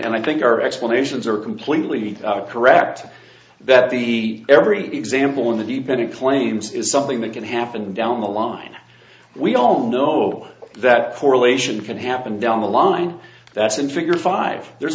and i think our explanations are completely correct that the every example in the db it claims is something that can happen down the line we all know that correlation can happen down the line that in figure five there's